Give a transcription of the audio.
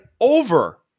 over